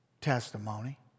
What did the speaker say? testimony